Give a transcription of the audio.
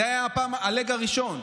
זה היה ה-leg הראשון.